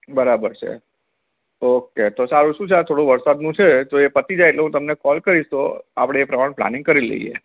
બરાબર છે ઓકે સારું તો શું છે આ થોળૂ વરસાદનું છે તો એ પતિ જાય એટલે હું તમને કોલ કરીશ તો આપળે એ પ્રમાણે પ્લાનિંગ કરી લઈએ